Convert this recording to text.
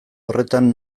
horretan